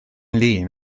lin